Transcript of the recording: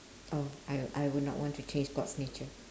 oh I I would not want to change god's nature